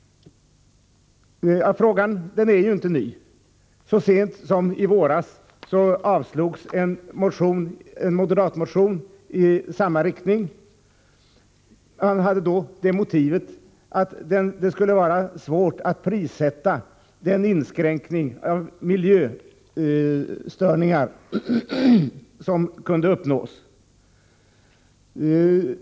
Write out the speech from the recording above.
Frågan är inte ny. Så sent som i våras avslogs en moderatmotion i samma riktning. Motiveringen var då att det skulle vara svårt att prissätta den minskning av miljöstörningar som kunde uppnås.